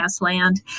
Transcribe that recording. land